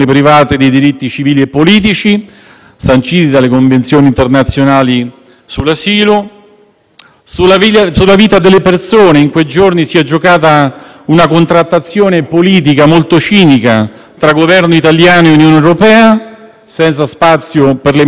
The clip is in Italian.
sulla vita delle persone. In quei giorni si è giocata una contrattazione politica molto cinica tra Governo italiano e Unione europea, senza spazio per le mediazioni diplomatiche che avrebbero potuto produrre molto di più e molto meglio e, soprattutto,